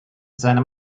seinem